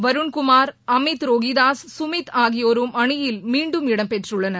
வருண்குமார் அமித் ரோகிதாஸ் சுமித் ஆகியோரும் அணியில் மீண்டும் இடம் பெற்றுள்ளனர்